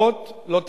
צרות לא תחסרנה.